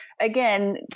again